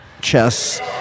chess